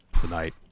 tonight